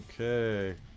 okay